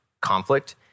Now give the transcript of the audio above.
conflict